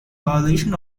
violation